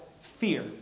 fear